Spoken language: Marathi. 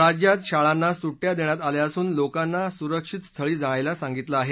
राज्यात शाळांना सुटया देण्यात आल्या असून लोकांना सुरक्षितस्थळी जाण्यास सांगितलं आहे